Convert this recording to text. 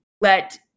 let